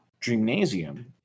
Dreamnasium